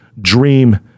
dream